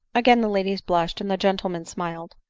again the ladies blushed, and the gentlemen smiled.